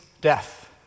death